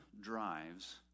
drives